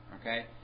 Okay